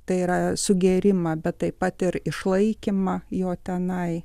tai yra sugėrimą bet taip pat ir išlaikymą jo tenai